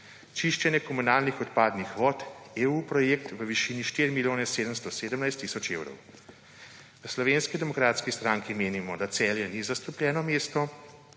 čiščenje komunalnih odpadnih vod, EU projekt v višini 4 milijone 717 tisoč evrov. V Slovenski demokratski stranki menimo, da Celje ni zastrupljeno mesto,